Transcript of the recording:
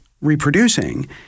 reproducing